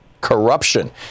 Corruption